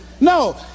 No